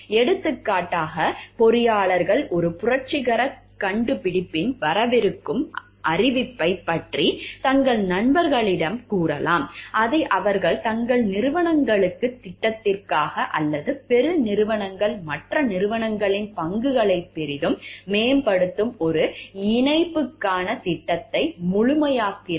எடுத்துக்காட்டாக பொறியாளர்கள் ஒரு புரட்சிகர கண்டுபிடிப்பின் வரவிருக்கும் அறிவிப்பைப் பற்றி தங்கள் நண்பர்களிடம் கூறலாம் அதை அவர்கள் தங்கள் நிறுவனங்களின் திட்டத்திற்காக அல்லது பெருநிறுவனங்கள் மற்ற நிறுவனங்களின் பங்குகளை பெரிதும் மேம்படுத்தும் ஒரு இணைப்புக்கான திட்டத்தை முழுமையாக்குகிறார்கள்